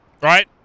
right